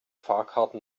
fahrkarten